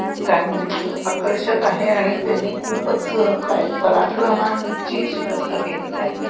काय म्हणायचं आकर्षक आहे आणि त्यांनी खूपच काय पराक्रमांची शिकस्त केलेली आहे